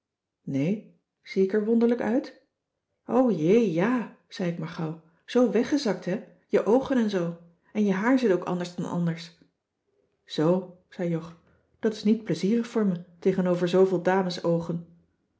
nee zie ik er wonderlijk uit o jé ja zei ik maar gauw zoo weggezakt hè je oogen en zoo en je haar zit ook anders dan anders zoo zei jog dat is niet plezierig voor me tegenover zooveel damesoogen